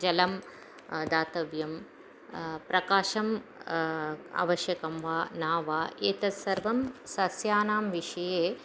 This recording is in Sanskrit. जलं दातव्यं प्रकाशम् आवश्यकं वा न वा एतत् सर्वं सस्यानां विषये